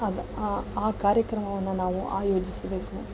ಆ ಕಾರ್ಯಕ್ರಮವನ್ನು ನಾವು ಆಯೋಜಿಸಬೇಕು